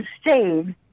stayed